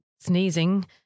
sneezing